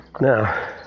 Now